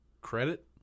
credit